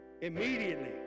immediately